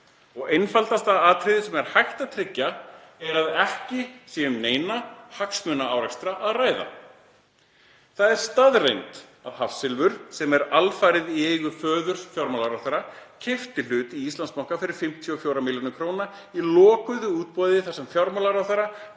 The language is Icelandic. Einfaldasta atriðið sem er hægt að tryggja er að ekki sé um neina hagsmunaárekstra að ræða. Það er staðreynd að Hafsilfur, sem er alfarið í eigu föður fjármálaráðherra, keypti hlut í Íslandsbanka fyrir 54 millj. kr. í lokuðu útboði þar sem fjármálaráðherra